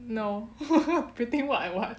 no you think what I what